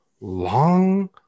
long